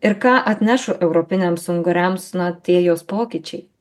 ir ką atneš europiniams unguriams na tie jos pokyčiai